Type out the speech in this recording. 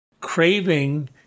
craving